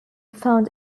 found